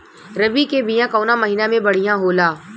रबी के बिया कवना महीना मे बढ़ियां होला?